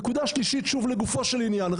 נקודה שלישית שוב לגופו של עניין,